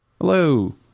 Hello